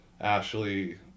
Ashley